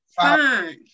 five